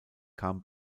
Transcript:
kam